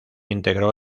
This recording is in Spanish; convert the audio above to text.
integró